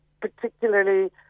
particularly